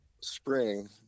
spring